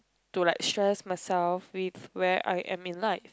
to like share myself with where I am in night